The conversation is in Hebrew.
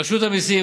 רשות המיסים,